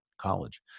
college